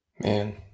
man